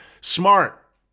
Smart